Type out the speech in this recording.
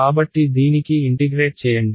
కాబట్టి దీనికి ఇంటిగ్రేట్ చేయండి